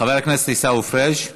חבר הכנסת עיסאווי פריג',